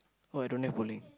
oh I don't have bowling